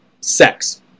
sex